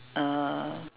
uh